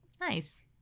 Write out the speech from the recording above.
Nice